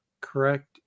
correct